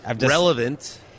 Relevant